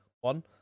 one